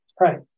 Right